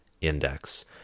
index